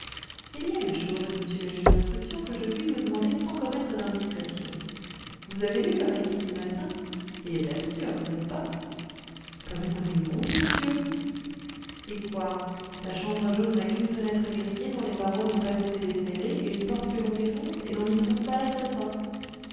il y a une chose monsieur le juge d'instruction que je puis vous demander sans commettre d'indiscrétion vous avez lu le récit du matin il est absurde n'est-ce pas pas le moins du monde monsieur eh quoi la chambre jaune n'a qu'une fenêtre grillée dont les barreaux n'ont pas été descellés et une porte que l'on défonce et l'on n'y trouve pas l'assassin